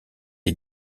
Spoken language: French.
est